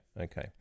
okay